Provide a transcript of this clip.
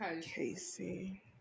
Casey